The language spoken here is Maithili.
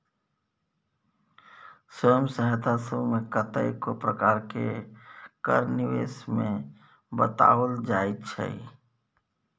स्वयं सहायता समूह मे कतेको प्रकार केर निबेश विषय मे बताओल जाइ छै